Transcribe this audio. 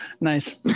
nice